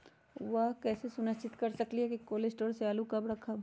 हम कैसे सुनिश्चित कर सकली ह कि कोल शटोर से आलू कब रखब?